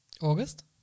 August